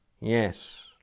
Yes